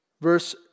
Verse